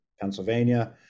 Pennsylvania